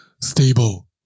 stable